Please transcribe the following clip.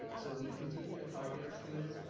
so, we continue to target our students.